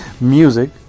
music